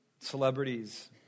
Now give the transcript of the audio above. celebrities